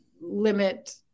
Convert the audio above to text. limit